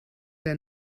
der